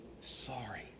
sorry